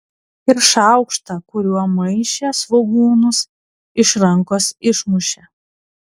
ir šaukštą kuriuo maišė svogūnus iš rankos išmušė